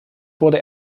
wurde